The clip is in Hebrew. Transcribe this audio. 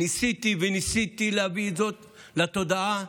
ניסיתי וניסיתי להביא זאת לתודעה,